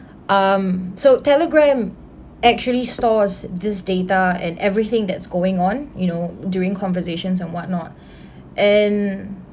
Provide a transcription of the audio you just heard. um so telegram actually stores this data and everything that's going on you know during conversations and what not and